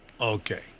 okay